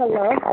hello